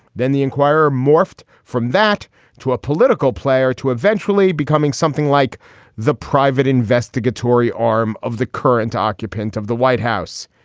then the enquirer morphed from that to a political player to eventually becoming something like the private investigatory arm of the current occupant of the white house.